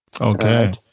Okay